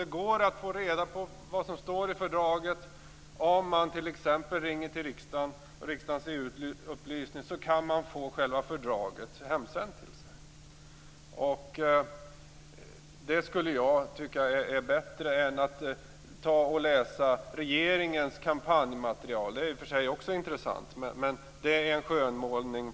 Det går att få reda på vad som står i fördraget om man t.ex. ringer till riksdagens EU-upplysning och ber att få själva fördraget hemsänt till sig. Det tycker jag skulle vara bättre än att läsa regeringens kampanjmaterial. Det är i och för sig också intressant, men det innehåller en skönmålning.